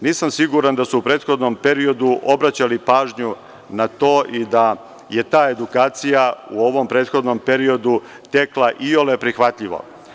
Nisam siguran da su u prethodnom periodu obraćali pažnju na to i da je ta edukacija u ovom prethodnom periodu tekla iole prihvatljivo.